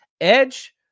edge